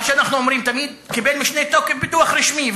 מה שאנחנו אומרים תמיד קיבל משנה תוקף בדוח רשמי,